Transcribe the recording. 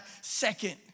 second